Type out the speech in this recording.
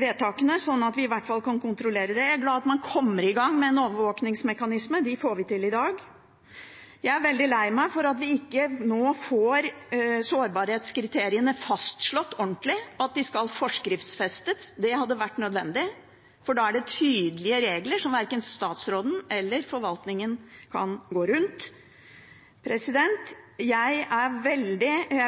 vedtakene, slik at vi i hvert fall kan kontrollere dem. Jeg er glad for at man kommer i gang med en overvåkingsmekanisme – det får vi til i dag. Jeg er veldig lei meg for at vi ikke nå får sårbarhetskriteriene fastslått ordentlig, og at de skal forskriftsfestes. Det hadde vært nødvendig, for da er det tydelige regler som verken statsråden eller forvaltningen kan gå rundt. Jeg